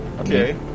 Okay